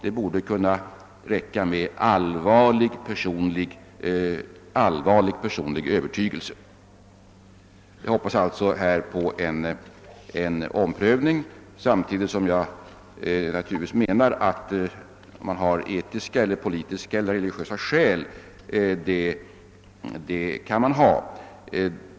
Det borde kunna räcka med formuleringen allvarlig personlig övertygelse. Jag hoppas alltså här på en omprövning samtidigt som jag naturligtvis menar att man kan ha etiska, politiska eller religiösa skäl.